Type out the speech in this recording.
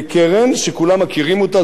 זה קרן שכולם מכירים אותה,